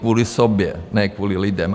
Kvůli sobě, ne kvůli lidem.